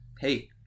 Hey